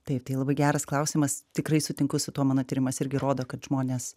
taip tai labai geras klausimas tikrai sutinku su tuo mano tyrimas irgi rodo kad žmonės